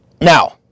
Now